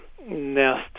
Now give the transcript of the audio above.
nest